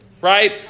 right